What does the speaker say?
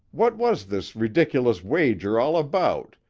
what was this ridiculous wager all about,